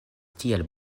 tiel